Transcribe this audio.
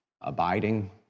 abiding